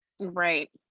right